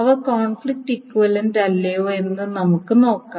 അവ conflict equivalent അല്ലയോ എന്ന് നമുക്ക് നോക്കാം